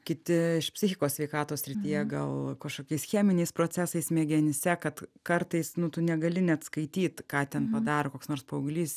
kiti iš psichikos sveikatos srityje gal kažkokiais cheminiais procesais smegenyse kad kartais nu tu negali net skaityt ką ten padaro koks nors paauglys